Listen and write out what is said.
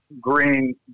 green